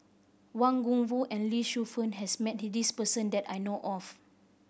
Wang Gungwu and Lee Shu Fen has met this person that I know of